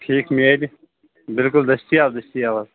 ٹھیٖک میلہِ بِلکُل دستیاب دستیاب حظ